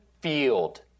field